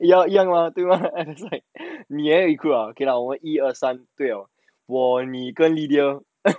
一样一样 mah 对吗 你也有一个 okay lah 我们一二三对我你跟 lydia